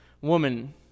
woman